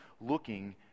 looking